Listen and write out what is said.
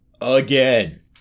Again